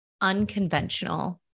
unconventional